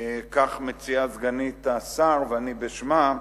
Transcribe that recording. כך מציעה סגנית השר, ואני בשמה,